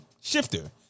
shifter